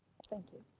thank you.